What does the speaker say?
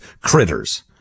critters